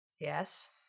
Yes